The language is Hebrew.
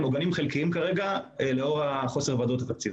הם עוגנים חלקיים כרגע עקב חוסר הוודאות התקציבי.